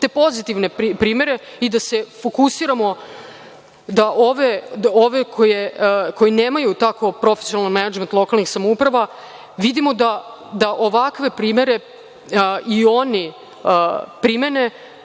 te pozitivne primere i da se fokusiramo da ovi koji nemaju tako profesionalni menadžment lokalnih samouprava, vidimo da ovakve primere i oni primene.